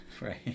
right